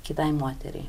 kitai moteriai